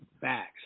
Facts